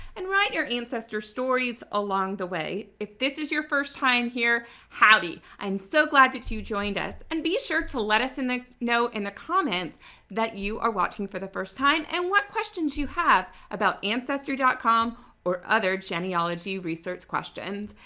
and write your ancestor stories along the way. if this is your first time here, howdy! i'm so glad that you joined us. and be sure to let us in the know in the comments that you are watching for the first time and what questions you have about ancestry dot com or other genealogy research questions.